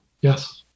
Yes